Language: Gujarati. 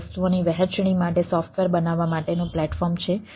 તે વસ્તુઓની વહેંચણી માટે સોફ્ટવેર બનાવવા માટેનું પ્લેટફોર્મ છે